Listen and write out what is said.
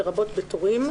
לרבות בתורים,